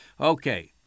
Okay